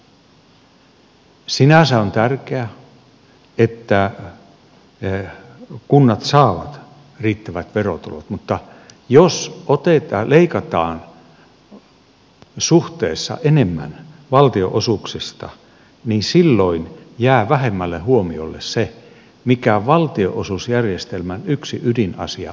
sinänsä on tärkeä että kunnat saavat riittävät verotulot mutta jos leikataan suhteessa enemmän valtionosuuksista niin silloin jää vähemmälle huomiolle se mikä on valtionosuusjärjestelmän yksi ydinasia